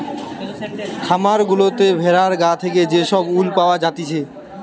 খামার গুলাতে ভেড়ার গা থেকে যে সব উল পাওয়া জাতিছে